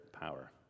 power